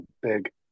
big